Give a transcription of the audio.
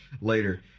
later